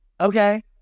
okay